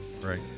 Right